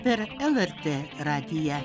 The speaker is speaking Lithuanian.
per lrt radiją